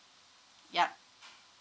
yeah